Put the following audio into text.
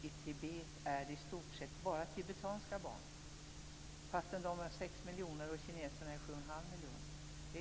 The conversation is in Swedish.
I Tibet är det i stort sett bara tibetanska barn som svälter, trots att tibetanerna är 6 miljoner och kineserna är 7 1⁄2 miljoner.